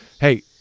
hey